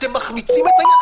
אתם מחמיצים את היעד.